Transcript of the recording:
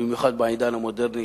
במיוחד בעידן המודרני,